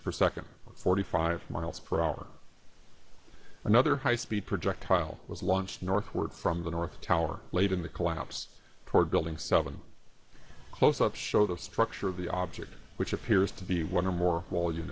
per second forty five miles per hour another high speed projectile was launched northward from the north tower late in the collapse toward building seven close up show the structure of the object which appears to be one or more